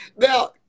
Now